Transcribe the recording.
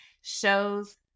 shows